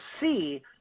see